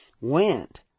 went